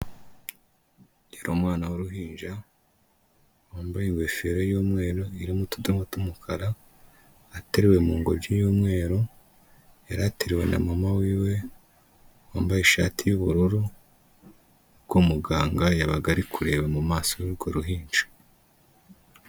Umwana w'uruhinja wambaye ingofero y'umweru irimo utudomo tw'umukara, ateruwe mu ngobyi y'umweru, yarateruwe na mama wiwe wambaye ishati y'ubururu ubwo umuganga yabaga ari kureba mu maso y'urwo ruhinja.